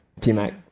T-Mac